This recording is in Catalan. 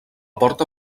porta